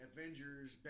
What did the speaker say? Avengers